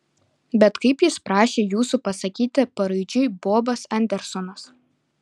bet kaip jis prašė jūsų pasakyti paraidžiui bobas andersonas